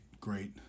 great